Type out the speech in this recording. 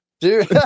Dude